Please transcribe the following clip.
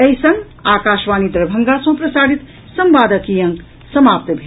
एहि संग आकाशवाणी दरभंगा सँ प्रसारित संवादक ई अंक समाप्त भेल